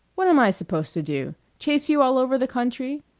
what am i supposed to do? chase you all over the country?